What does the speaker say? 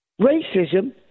racism